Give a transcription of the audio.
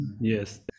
Yes